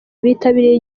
bitabiriye